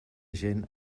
gent